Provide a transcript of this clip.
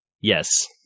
Yes